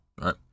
right